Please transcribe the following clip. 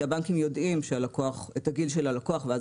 כי הבנקים יודעים את הגיל של הלקוח ואז